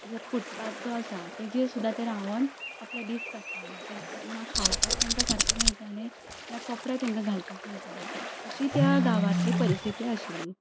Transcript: जर फुटपाथ जो आसा तेजेर सुद्दां ते रावन आपले दीस काडटाले तेंकां ना खावपाक तेंकां सारके मेळटालें ना कपडे तेंकां घालपाक मेळटाले अशी त्या गांवांतली परिस्थिती आशिल्ली